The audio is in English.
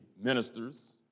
ministers